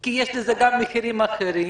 כי יש לזה גם מחירים אחרים,